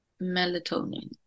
melatonin